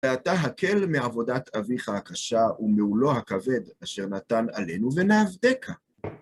ועתה הקל מעבודת אביך הקשה ומעולו הכבד, אשר נתן עלינו ונעבדך.